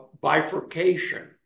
bifurcation